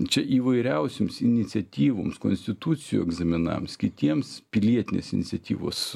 čia įvairiausioms iniciatyvoms konstitucijų egzaminams kitiems pilietinės iniciatyvos